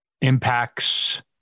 Impact's